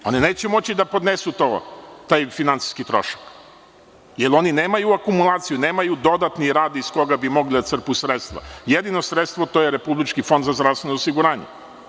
One neće moći da podnesu taj finansijski trošak, jer oni nemaju akumulaciju, nemaju dodatni rad iz koga bi mogli da crpe sredstva, jedino sredstvo to je Republički Fond za zdravstveno osiguranje.